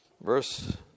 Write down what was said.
Verse